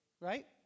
Right